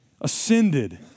ascended